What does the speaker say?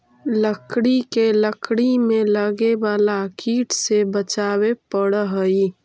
लकड़ी के लकड़ी में लगे वाला कीट से बचावे पड़ऽ हइ